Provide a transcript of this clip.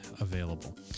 available